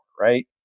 right